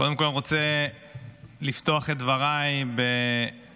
קודם כול אני רוצה לפתוח את דבריי בהצדעה